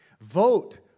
Vote